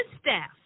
staff